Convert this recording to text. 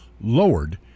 lowered